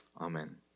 Amen